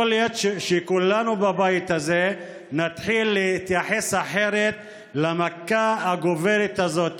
יכול להיות שכולנו בבית הזה נתחיל להתייחס אחרת למכה הגוברת הזאת,